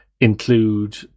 include